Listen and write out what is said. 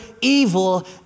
evil